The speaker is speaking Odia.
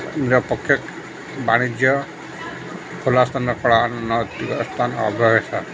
ନିରପକ୍ଷେ ବାଣିଜ୍ୟ ଖୋଲା ସ୍ଥାନ କଳା ନୈତିକ ସ୍ଥାନ ଅବ୍ୟବସ୍ଥା